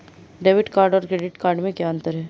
Debit card और credit card में क्या अंतर है?